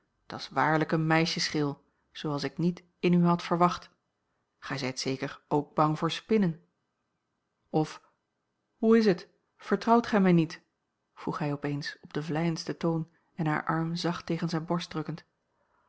worden dat's waarlijk een meisjesgril zooals ik niet in u had verwacht gij zijt zeker ook bang voor spinnen of hoe is het vertrouwt gij mij niet vroeg hij op eens op den vleiendsten toon en haar arm zacht tegen zijne borst drukkend